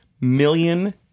million